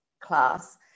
class